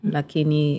Lakini